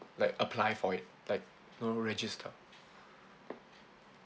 like apply for it like normal register